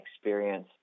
experience